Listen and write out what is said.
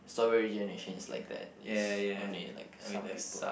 strawberry generation is like that is only like some people